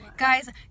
guys